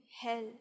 hell